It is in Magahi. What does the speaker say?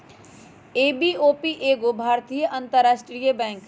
बी.ओ.बी एगो भारतीय अंतरराष्ट्रीय बैंक हइ